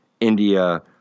India